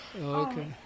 okay